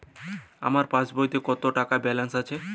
আমার পাসবইতে কত টাকা ব্যালান্স আছে?